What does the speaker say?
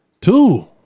Two